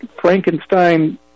Frankenstein